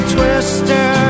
Twister